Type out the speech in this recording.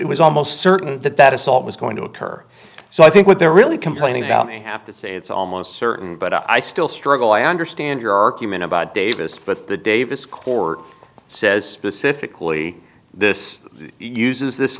it was almost certain that that assault was going to occur so i think what they're really complaining about me i have to say it's almost certain but i still struggle i understand your argument about davis but the davis court says pacifically this uses this